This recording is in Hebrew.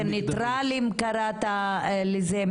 שמות ניטרליים מגדרית.